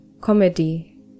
comedy